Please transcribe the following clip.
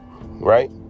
right